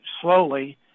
slowly